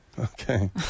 Okay